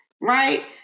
right